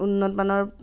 উন্নতমানৰ